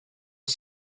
was